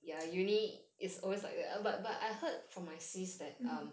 mm